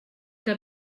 que